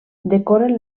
decoren